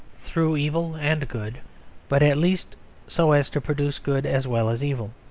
through evil and good but at least so as to produce good as well as evil.